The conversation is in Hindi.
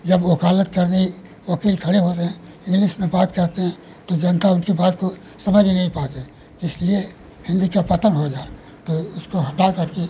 जब वकालत करने वक़ील खड़े होते हैं इंग्लिस में बाते करते हैं तो जनता उनकी बात को समझ नहीं पाती इसलिए हिन्दी का पतन हो जाए इसको हटा करके